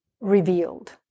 revealed